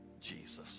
Jesus